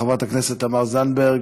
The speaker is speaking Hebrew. חברת הכנסת תמר זנדברג,